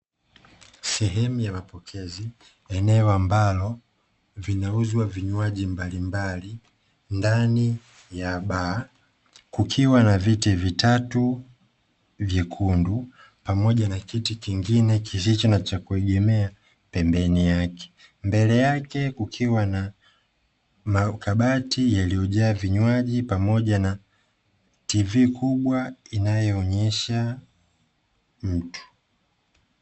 Sehemu ya mapokezi, eneo ambalo vinauzwa vinywaji mbalimbali ndani ya baa, kukiwa na viti vitatu vyekundu pamoja na kiti kingine kilicho na chakuegemea pembeni yake, mbele yake kukiwa na makabati yaliyojaa vinywaji pamoja na "tv" kubwa inayoonyesha mtu.